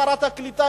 שרת הקליטה,